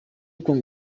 nko